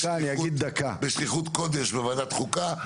בשליחות קודש בוועדת חוקה,